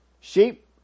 sheep